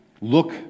look